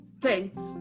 thanks